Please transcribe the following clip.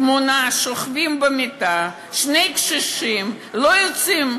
התמונה, שוכבים במיטה שני קשישים, לא יוצאים.